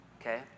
Okay